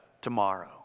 tomorrow